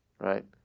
right